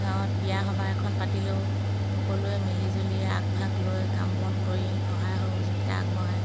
গাঁৱত বিয়া সবাহ এখন পাতিলেও সকলোৱে মিলিজুলিয়ে আগভাগ লয় কাম বন কৰি সহায় সহযোগিতা আগবঢ়ায়